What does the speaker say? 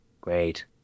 Great